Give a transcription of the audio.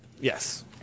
Yes